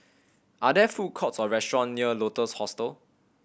are there food courts or restaurants near Lotus Hostel